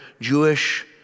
Jewish